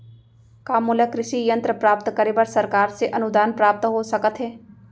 का मोला कृषि यंत्र प्राप्त करे बर सरकार से अनुदान प्राप्त हो सकत हे?